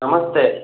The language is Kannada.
ನಮಸ್ತೆ